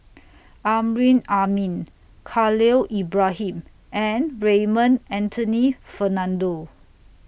Amrin Amin Khalil Ibrahim and Raymond Anthony Fernando